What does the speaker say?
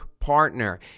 partner